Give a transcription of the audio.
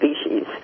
species